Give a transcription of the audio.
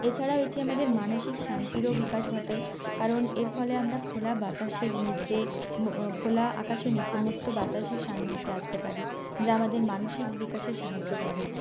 এছাড়াও এটি আমাদের মানসিক শান্তিরও বিকাশ ঘটায় কারণ এর ফলে আমরা খোলা বাতাসের নিচে খোলা আকাশের নিচে মুক্ত বাতাসের সান্নিধ্যে আসতে পারি যা আমাদের মানসিক বিকাশে সাহায্য করে